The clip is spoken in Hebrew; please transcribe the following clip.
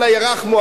אללה ירחמו,